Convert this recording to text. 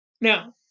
Now